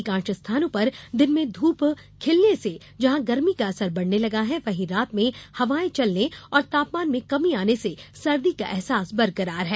अधिकांश स्थानों पर दिन में ध्रप खिलने से जहां गर्मी का असर बढ़ने लगा है वहीं रात में हवायें चलने और तापमान में कमी आने से सर्दी का अहसास बरकरार है